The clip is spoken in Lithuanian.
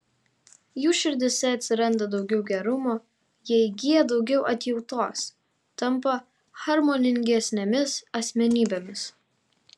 jų širdyse atsiranda daugiau gerumo jie įgyja daugiau atjautos tampa harmoningesnėmis asmenybėmis